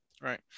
Right